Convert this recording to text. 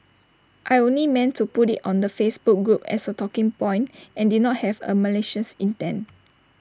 I'd only meant to put IT on the Facebook group as A talking point and did not have A malicious intent